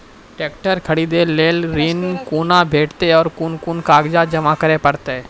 Tractor खरीदै लेल ऋण कुना भेंटते और कुन कुन कागजात जमा करै परतै?